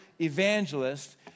evangelist